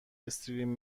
استریم